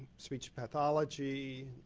speech pathology,